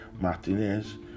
Martinez